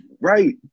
right